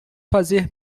fazer